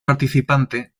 participante